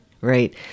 right